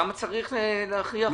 למה צריך להכריח אותם?